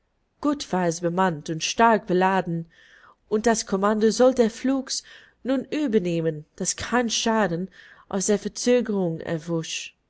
gut war's bemannt und stark beladen und das kommando sollt er flugs nun übernehmen daß kein schaden aus der verzögerung